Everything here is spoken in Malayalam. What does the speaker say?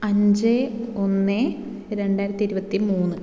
അഞ്ച് ഒന്ന് രണ്ടായിരത്തി ഇരുപത്തി മൂന്ന്